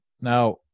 Now